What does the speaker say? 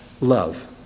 love